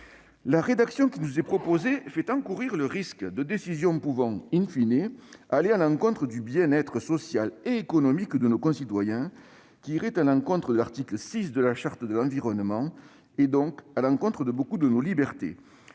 La rédaction qui nous est proposée fait encourir le risque de décisions pouvant contrevenir au bien-être social et économique de nos concitoyens, ce qui irait à l'encontre de l'article 6 de la Charte de l'environnement, et donc de beaucoup de nos libertés.